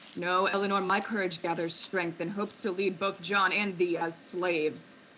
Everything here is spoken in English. no eleanor, my courage gathers strength, and hopes to lead both john and thee as slaves.